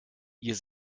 ihr